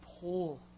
pull